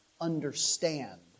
understand